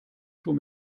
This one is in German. schon